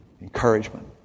Encouragement